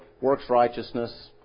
works-righteousness